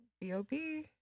B-O-B